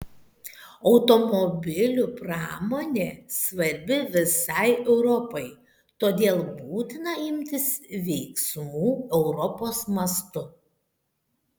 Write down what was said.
automobilių pramonė svarbi visai europai todėl būtina imtis veiksmų europos mastu